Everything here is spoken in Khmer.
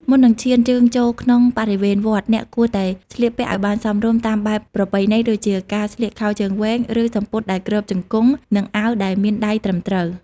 មុននឹងឈានជើងចូលក្នុងបរិវេណវត្ត អ្នកគួរតែស្លៀកពាក់ឱ្យបានសមរម្យតាមបែបប្រពៃណី ដូចជាការស្លៀកខោជើងវែង ឬសំពត់ដែលគ្របជង្គង់ និងអាវដែលមានដៃត្រឹមត្រូវ។